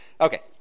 Okay